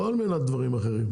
לא בשביל דברים אחרים.